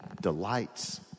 delights